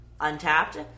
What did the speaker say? Untapped